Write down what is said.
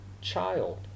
Child